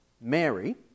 Mary